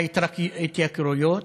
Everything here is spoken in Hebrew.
ההתייקרויות,